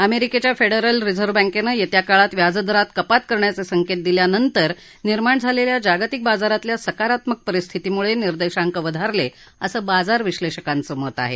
अमेरिकेच्या federal reserve बँकेनं येत्या काळात व्याजदरात कपात करण्याचे संकेत दिल्यानंतर निर्माण झालेल्या जागतिक बाजारातल्या सकारात्मक परिस्थितीमुळे निर्देशांक वधारले असं बाजार विश्लेषकांचं मत आहे